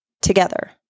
together